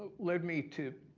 led me to,